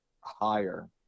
higher